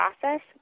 process